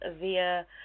via